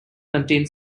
contained